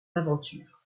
l’aventure